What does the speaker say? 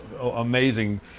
amazing